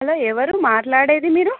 hello ఎవరు మాట్లాడేది మీరు